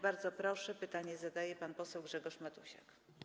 Bardzo proszę, pytanie zadaje pan poseł Grzegorz Matusiak.